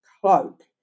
cloak